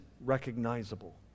recognizable